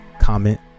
comment